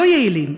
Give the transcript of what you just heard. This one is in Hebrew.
לא יעילים,